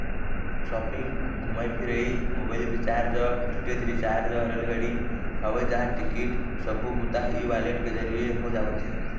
shopping, घूमई फिरई, mobile recharge, DTH recharge, रेलगाड़ी, हवई जहाज टिकट सब्बो बूता ह ई वॉलेट के जरिए हो जावत हे